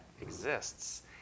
exists